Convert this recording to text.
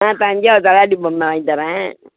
ஆ தஞ்சாவூர் தலையாட்டி பொம்மை வாங்கித் தர்றேன்